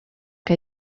que